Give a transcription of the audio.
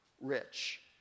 rich